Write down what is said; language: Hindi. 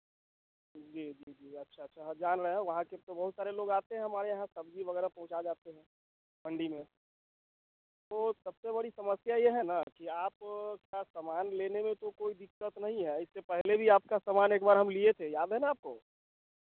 जी जी जी अच्छा अच्छा हाँ जान रहे हैं वहाँ के तो बोहौत सारे लोग आते हैं हमारे यहाँ सब्ज़ी वगेरह पहुँचा जाते हैं मंडी में तो सबसे बड़ी समस्या यह है ना कि आप का सामान लेने में तो कोई दिक्कत नहीं है इससे पहले आपका सामान एक बार हम लिए थे याद है ना आपको